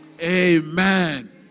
Amen